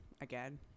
again